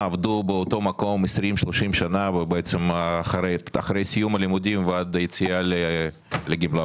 עבדו באותו מקום 30-20 שנה אחרי סיום הלימודים ועד היציאה לגמלאות.